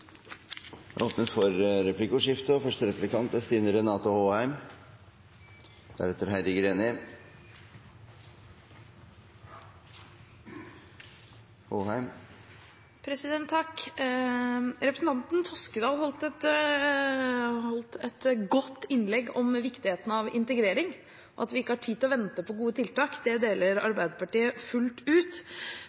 Det blir replikkordskifte. Representanten Toskedal holdt et godt innlegg om viktigheten av integrering – at vi ikke har tid til å vente på gode tiltak. Det deler Arbeiderpartiet fullt ut.